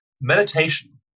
meditation